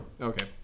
Okay